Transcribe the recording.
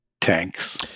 tanks